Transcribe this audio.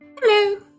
Hello